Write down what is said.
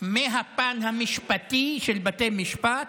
מהפן המשפטי של בתי משפט,